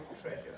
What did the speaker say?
treasure